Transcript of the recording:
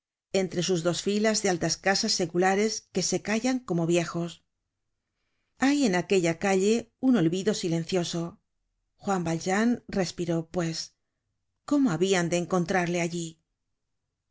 entre sus dos filas de altas casas seculares que se callan como viejos hay en aquella calle un olvido silencioso juan valjean respiró pues cómo habian de encontrarle allí